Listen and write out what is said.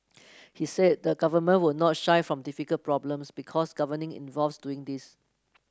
he said the government will not shy from difficult problems because governing involves doing these